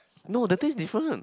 no the taste different